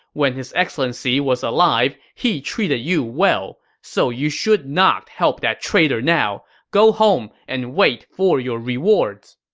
when his excellency was alive, he treated you well. so you should not help that traitor now. go home and wait for your rewards.